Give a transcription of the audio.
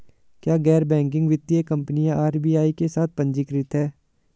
क्या गैर बैंकिंग वित्तीय कंपनियां आर.बी.आई के साथ पंजीकृत हैं?